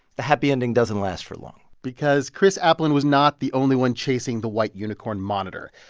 the happy ending doesn't last for long because chris aplin was not the only one chasing the white-unicorn monitor.